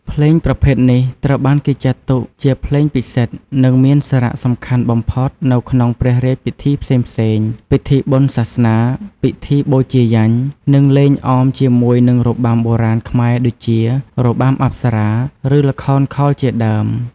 ភ្លេងប្រភេទនេះត្រូវបានគេចាត់ទុកជាភ្លេងពិសិដ្ឋ និងមានសារៈសំខាន់បំផុតនៅក្នុងព្រះរាជពិធីផ្សេងៗ ពិធីបុណ្យសាសនា ពិធីបូជាយញ្ញ និងលេងអមជាមួយនឹងរបាំបុរាណខ្មែរដូចជា របាំអប្សរា ឬល្ខោនខោលជាដើម។